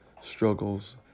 struggles